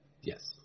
yes